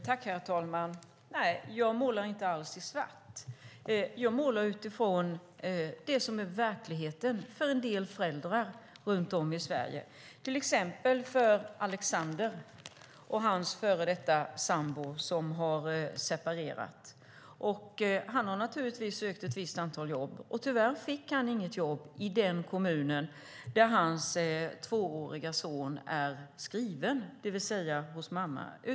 Herr talman! Nej, jag målar inte alls i svart. Jag målar utifrån det som är verkligheten för en del föräldrar runt om i Sverige, till exempel för Alexander och hans före detta sambo som har separerat. Han har naturligtvis sökt ett antal jobb, och tyvärr fick han inget jobb i den kommun där hans tvåårige son är skriven, det vill säga hos mamman.